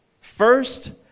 First